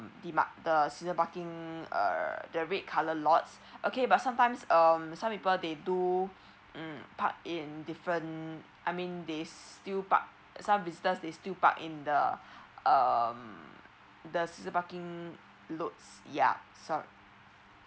demarches the season parking err the red colour lots okay but some times um some people they do mm park in different um I mean they still park some visitors they still park in the um the season parking lot yup so